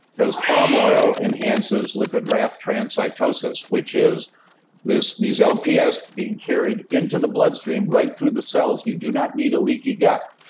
because palm oil enhances lipid raft transcytosis, which is this lps being carried into the bloodstream right through the cells. you do not need a leaky gut.